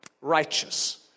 Righteous